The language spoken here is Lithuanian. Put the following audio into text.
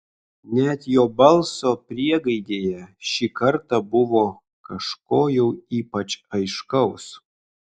net jo balso priegaidėje šį kartą buvo kažko jau ypač aiškaus